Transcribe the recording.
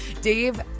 Dave